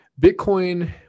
Bitcoin